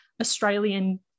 Australian